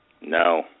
no